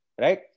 Right